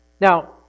Now